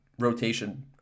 rotation